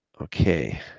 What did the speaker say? okay